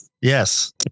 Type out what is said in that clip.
Yes